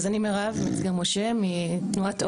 אז אני מירב מצגר משה מתנועת אור,